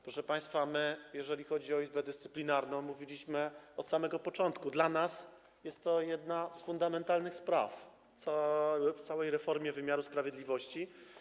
Proszę państwa, jeżeli chodzi o Izbę Dyscyplinarną, to mówiliśmy od samego początku, że dla nas jest to jedna z fundamentalnych spraw, jeśli chodzi o całą reformę wymiaru sprawiedliwości.